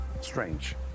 strange